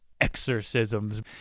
Exorcisms